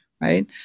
right